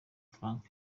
frank